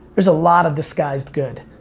there's a lot of disguised good.